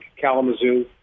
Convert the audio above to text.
Kalamazoo